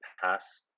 past